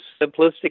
simplistic